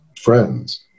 friends